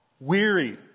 weary